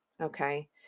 Okay